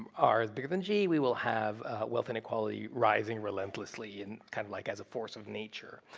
are bigger than g. we will have wealth and equality rising relentlessly and kind of like as a force of nature.